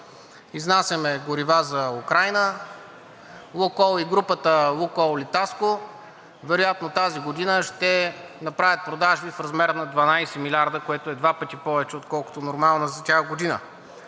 Изнасяме горива за Украйна. „Лукойл“ и групата „Лукойл“ „Литаско“ вероятно тази година ще направят продажби в размер на 12 милиарда, което е два пъти повече, отколкото нормална за тях година.